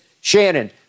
Shannon